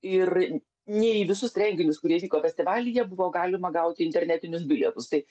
ir ne į visus renginius kurie vyko festivalyje buvo galima gauti internetinius bilietus tai